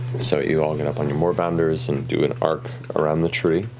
so you all get up on your moorbounders and do an arc around the tree,